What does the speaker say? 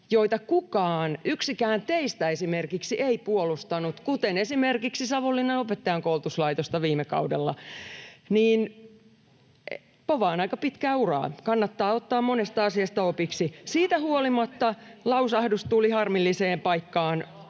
[Perussuomalaisten ryhmästä: Vai niin!] kuten esimerkiksi Savonlinnan opettajankoulutuslaitosta viime kaudella, [Sari Sarkomaan välihuuto] niin povaan aika pitkää uraa. Kannattaa ottaa monesta asiasta opiksi. Siitä huolimatta lausahdus tuli harmilliseen paikkaan